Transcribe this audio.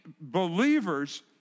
believers